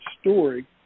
story